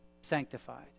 sanctified